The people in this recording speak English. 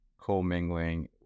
co-mingling